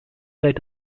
seit